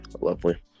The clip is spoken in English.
Lovely